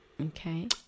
Okay